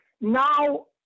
Now